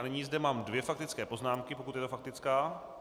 Nyní zde mám dvě faktické poznámky pokud je to faktická?